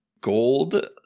gold